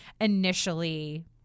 initially